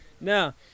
Now